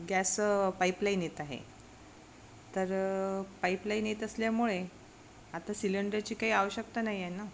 gas pipeline येत आहे तर पाईपलाईन येत असल्यामुळे आता सिलेंडरची काही आवश्यकता नाही आहे ना